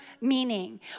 meaning